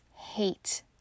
hate